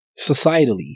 societally